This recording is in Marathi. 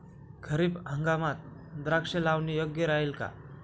खरीप हंगामात द्राक्षे लावणे योग्य राहिल का?